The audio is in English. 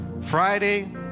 Friday